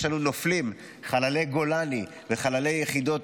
יש לנו נופלים חללי גולני וחללי יחידות